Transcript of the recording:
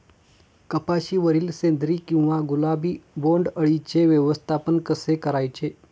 कपाशिवरील शेंदरी किंवा गुलाबी बोंडअळीचे व्यवस्थापन कसे करायचे?